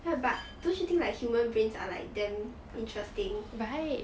ya but don't you think like human brains are like damn interesting